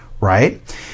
right